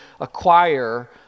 acquire